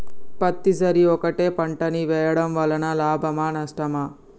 పత్తి సరి ఒకటే పంట ని వేయడం వలన లాభమా నష్టమా?